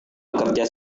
bekerja